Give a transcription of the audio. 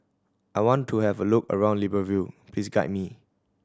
I want to have a look around Libreville please guide me